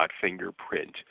fingerprint